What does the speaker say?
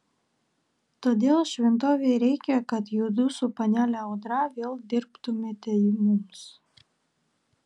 todėl šventovei reikia kad judu su panele audra vėl dirbtumėte mums